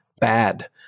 bad